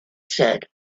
said